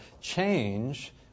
change